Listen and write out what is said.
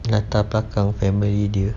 latar belakang family dia